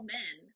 men